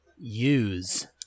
use